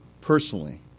personally